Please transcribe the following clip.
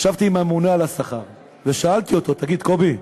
ישבתי עם הממונה על השכר ושאלתי אותו: תגיד, קובי,